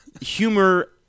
humor